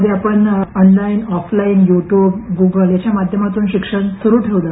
मधल्या काळात आपण online offline YouTube Google यांच्या माध्यमातून शिक्षण सूरु ठेवलं